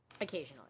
Occasionally